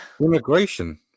immigration